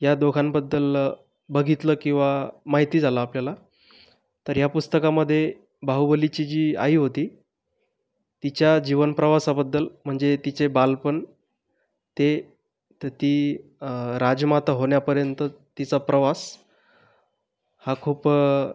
या दोघांबद्दल बघितलं किवा माहिती झालं आपल्याला तर या पुस्तकामध्ये बाहुबलीची जी आई होती तिच्या जीवनप्रवासाबद्दल म्हणजे तिचे बालपण ते तर ती राजमाता होण्यापर्यंत तिचा प्रवास हा खूप